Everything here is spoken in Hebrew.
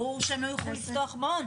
ברור שהם לא יוכלו לפתוח מעון.